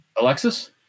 Alexis